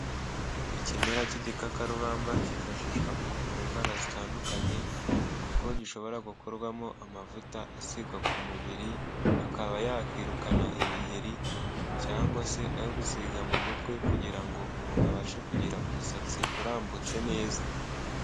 Ikimera cy'igikakarubamba, cyifashishwa mu kuvura indwara zitandukanye, kuko gishobora gukorwamo amavuta asigwa ku mubiri, akaba yakwirukana ibiheri, cyangwa se ayo gusiga mu mutwe, kugira ngo umuntu abashe kugira umusatsi urambutse neza.